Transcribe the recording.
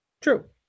True